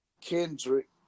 Kendrick